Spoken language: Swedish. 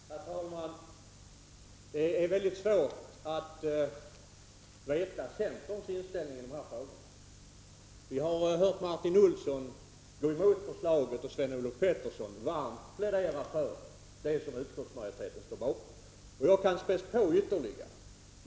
Herr talman! Det är väldigt svårt att veta centerns inställning i dessa frågor. Vi har hört Martin Olsson gå emot förslaget och Sven-Olof Petersson varmt plädera för det som utskottsmajoriteten står bakom. Jag kan spä på ytterligare.